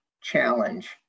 challenge